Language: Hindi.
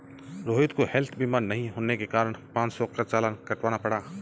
रोहित को हैल्थ बीमा नहीं होने के कारण पाँच सौ का चालान कटवाना पड़ा